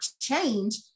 change